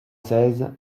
seize